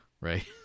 right